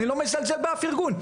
אני לא מזלזל באף ארגון,